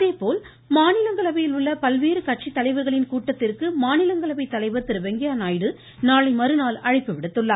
அதேபோல் மாநிலங்களவையில் உள்ள பல்வேறு கட்சி தலைவர்களின் கூட்டத்திற்கு மாநிலங்களவை தலைவர் திரு வெங்கைய நாயுடு நாளைமறுநாள் அழைப்பு விடுத்திருக்கிறார்